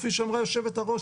כפי שאמרה יושבת הראש,